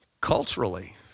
Culturally